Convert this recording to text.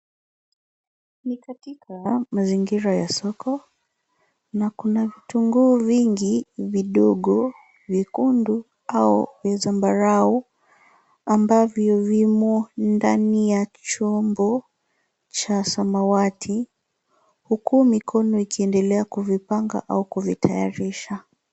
Ni katika mazingira ya soko na kuna vitunguu vingi vidogo vyekundu au vya zambarau ambavyo vimo ndani ya chombo cha samawati huku mikono ikiendelea kuvipanga au kuvitayarisha.